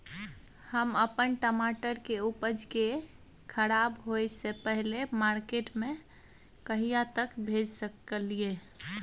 हम अपन टमाटर के उपज के खराब होय से पहिले मार्केट में कहिया तक भेज सकलिए?